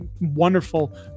wonderful